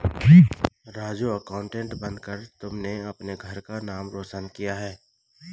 Raju accountant बनकर तुमने अपने घर का नाम रोशन किया है